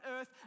earth